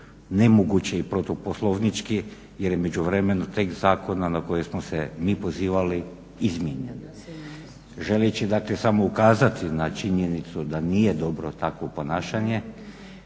nemoguće i protuposlovnički jer je u međuvremenu tek zakon na kojeg smo se mi pozivali izmijenjen. Želeći dakle samo ukazati na činjenicu da nije dobro takvo ponašanje,